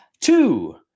Two